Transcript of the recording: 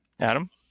Adam